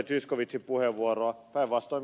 zyskowiczin puheenvuoroa päinvastoin